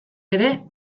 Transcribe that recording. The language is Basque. ere